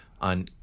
on